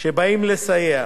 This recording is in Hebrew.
שבאים לסייע.